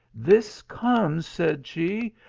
this comes, said she,